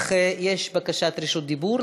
אך יש בקשת רשות דיבור.